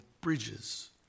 bridges